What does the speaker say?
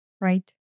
Right